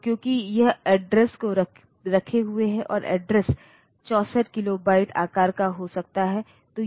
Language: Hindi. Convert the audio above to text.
तोक्युकी यह अड्रेस को रखे हुए है और अड्रेस64 किलोबाइट आकार का हो सकता है